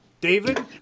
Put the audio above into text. David